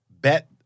bet